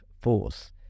force